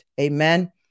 Amen